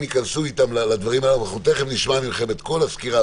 אם יכנסו איתם לדברים הללו ותכף נשמע מכם את כל הסקירה,